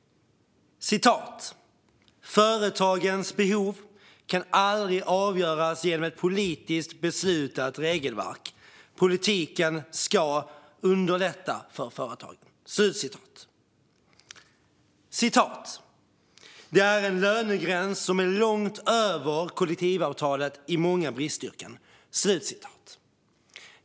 "Företagens behov kan aldrig avgöras genom ett politiskt beslutat regelverk. Politiken ska ju underlätta för företagen." "Det är en lönegräns som är långt över kollektivavtalet i många bristyrken."